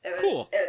Cool